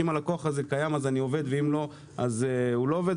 שאם הלקוח הזה קיים אני עובד ואם לא אז אני לא עובד?